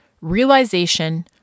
realization